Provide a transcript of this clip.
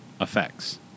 effects